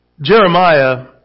Jeremiah